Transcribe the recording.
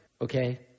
Okay